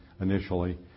initially